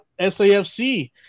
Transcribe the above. SAFC